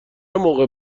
موقع